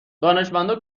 دانشمندا